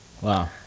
Wow